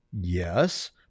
Yes